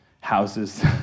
houses